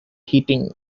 heating